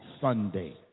Sunday